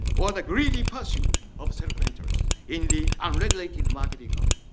or the greedy pursuit of self interest in the unregulated market economy.